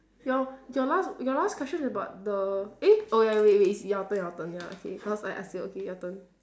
your your last your last question is about the eh oh ya wait wait is your turn your turn ya okay cause I ask you okay your turn